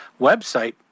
website